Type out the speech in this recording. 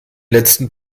letzten